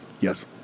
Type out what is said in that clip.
Yes